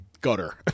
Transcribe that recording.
gutter